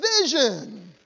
vision